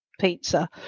pizza